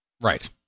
Right